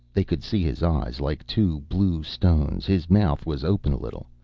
they could see his eyes, like two blue stones. his mouth was open a little.